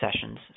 sessions